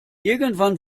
irgendwann